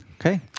okay